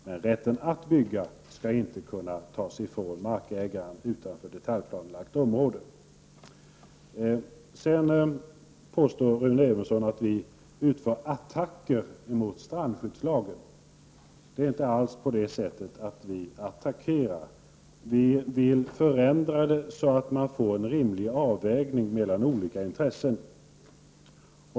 Men rätten att bygga skall inte kunna tas ifrån markägaren när det handlar om mark utanför detaljplanelagt område. Sedan påstår Rune Evensson att vi moderater utför attackar mot strandskyddslagen. Det är inte alls på det sättet att vi attackerar. Vi vill förändra den så att man får en rimlig avvägning mellan olika intressen.